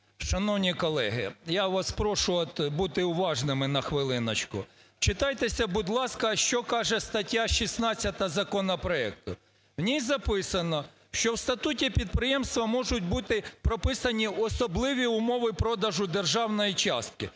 Шановні колеги, я вас прошу от бути уважними на хвилиночку. Вчитайтеся, будь ласка, що каже стаття 16 законопроекту. В ній записано, що в статуті підприємства можуть бути прописані особливі умови продажу державної частки.